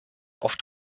oft